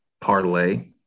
parlay